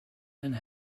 and